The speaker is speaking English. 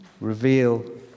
reveal